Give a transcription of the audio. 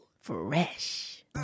Fresh